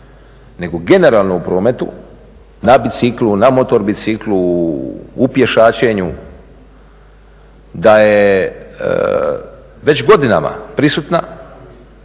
nego generalno u prometu na biciklu, na motorbiciklu, u pješačenju da je već godinama prisutna,